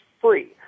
free